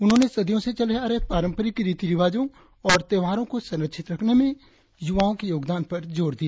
उन्होंने सदियों से चले आ रहे पारंपरिक रीति रिवाजों और त्यौहारों को संरक्षित रखने में युवाओं में योगदान पर जोर दिया